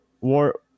war